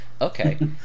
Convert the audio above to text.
Okay